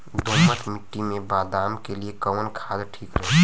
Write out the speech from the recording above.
दोमट मिट्टी मे बादाम के लिए कवन खाद ठीक रही?